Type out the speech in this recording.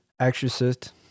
Exorcist